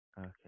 Okay